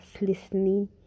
listening